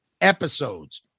episodes